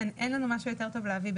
אין לנו משהו יותר טוב להביא.